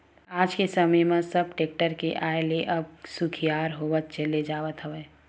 आज के समे म सब टेक्टर के आय ले अब सुखियार होवत चले जावत हवय